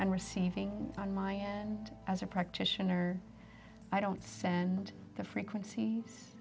and receiving on my hand as a practitioner i don't sand the frequenc